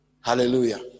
hallelujah